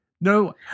No